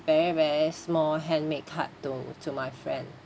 very very small handmade card to to my friend